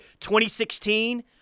2016